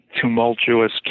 tumultuous